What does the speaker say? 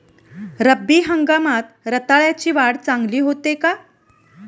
रब्बी हंगामात रताळ्याची वाढ चांगली होते का?